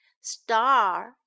Star